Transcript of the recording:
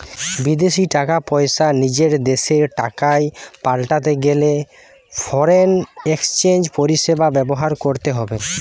বিদেশী টাকা পয়সা নিজের দেশের টাকায় পাল্টাতে গেলে ফরেন এক্সচেঞ্জ পরিষেবা ব্যবহার করতে হবে